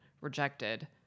rejected